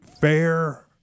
fair